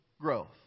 growth